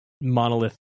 monolith